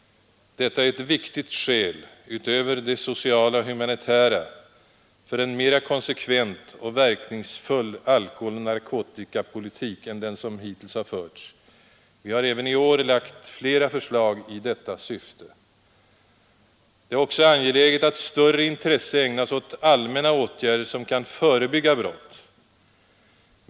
Detta är ett viktigt skäl — utöver de sociala och humanitära — för en mera konsekvent och verkningsfull alkoholoch narkotikapolitik än den som hittills har förts. Vi har även i år lagt fram flera förslag i detta syfte. Det är också angeläget att större intresse ägnas åt allmänna åtgärder, som kan förebygga brott.